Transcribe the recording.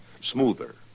Smoother